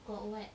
got what